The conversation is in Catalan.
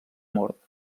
mort